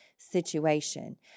situation